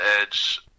edge